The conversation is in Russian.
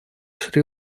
шри